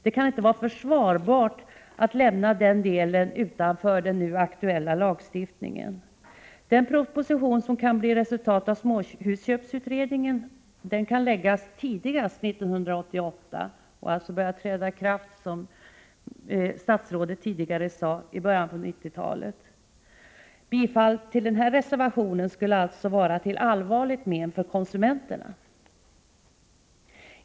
Det kan inte vara försvarbart att lämna denna del utanför den nu aktuella lagstiftningen. Den proposition som kan bli resultatet av småhusköpsutredningens arbete kan läggas fram tidigast 1988 och kan alltså, som statsrådet sade, träda i kraft i början av 1990-talet. Bifall till denna reservation skulle således vara till allvarligt men för konsumenterna.